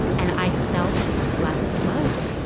and i felt less alone.